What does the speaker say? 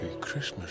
Christmas